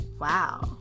wow